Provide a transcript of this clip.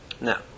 Now